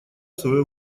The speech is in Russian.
свое